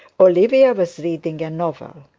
olivia was reading a novel,